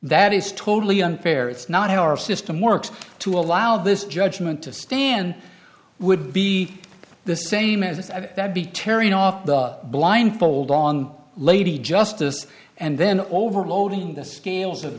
that is totally unfair it's not how our system works to allow this judgment to stand would be the same as i have that be tearing off the blindfold on lady justice and then overloading the scales of